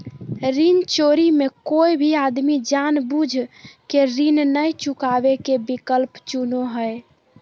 ऋण चोरी मे कोय भी आदमी जानबूझ केऋण नय चुकावे के विकल्प चुनो हय